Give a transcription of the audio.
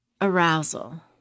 arousal